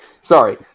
sorry